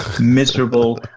miserable